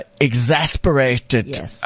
Exasperated